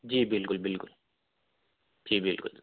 جی بالکل بالکل جی بالکل